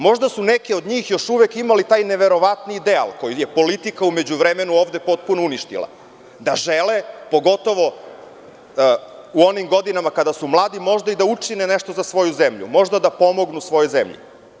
Možda su neki od njih imali taj neverovatni ideal, koji je politika u međuvremenu ovde potpuno uništila, da žele, pogotovo u onim godinama kada su mladi, da učine nešto za svoju zemlju, možda da pomognu svojoj zemlji.